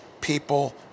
people